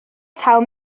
taw